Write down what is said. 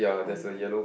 on the